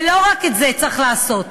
ולא רק את זה צריך לעשות.